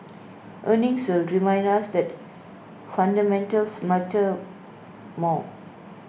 earnings will remind us that fundamentals matter more